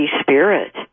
spirit